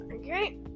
okay